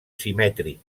simètric